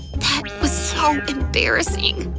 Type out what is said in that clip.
was so embarrassing.